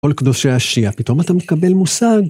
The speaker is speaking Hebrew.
כל קדושי השיעה, פתאום אתה מקבל מושג.